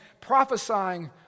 prophesying